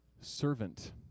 servant